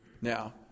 Now